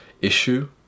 issue